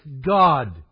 God